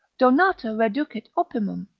donata reducit opimum.